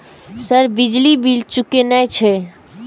Sir बिजली bill चूकेना छे?